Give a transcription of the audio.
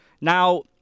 Now